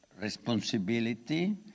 responsibility